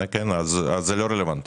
אז זה לא רלוונטי.